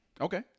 Okay